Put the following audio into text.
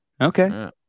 okay